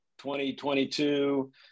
2022